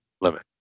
limit